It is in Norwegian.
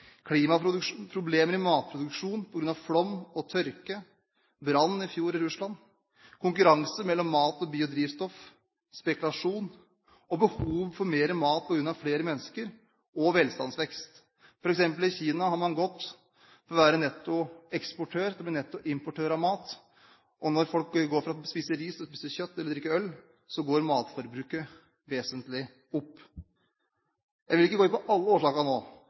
i matproduksjonen på grunn av flom og tørke, brann i Russland i fjor, konkurranse mellom mat- og biodrivstoff, spekulasjon og behov for mer mat på grunn av flere mennesker og velstandsvekst. I f.eks. Kina har man gått fra å være nettoeksportør til å være nettoimportør av mat, og når folk går fra å spise ris til å spise kjøtt eller drikke øl, går matforbruket vesentlig opp. Jeg vil ikke gå inn på alle